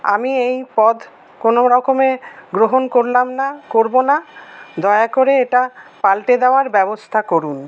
আমি এই পদ কোনোরকমে গ্রহণ করলাম না করব না দয়া করে এটা পাল্টে দেওয়ার ব্যবস্থা করুন